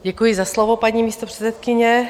Děkuji za slovo, paní místopředsedkyně.